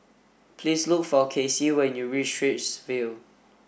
please look for Kasey when you reach Straits View